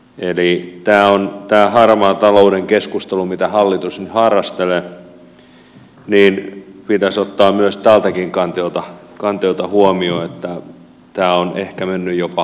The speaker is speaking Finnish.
eli tämä harmaan talouden keskustelu mitä hallitus nyt harrastelee pitäisi ottaa tältäkin kantilta huomioon että tämä on ehkä mennyt jopa päälaelleen